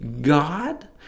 God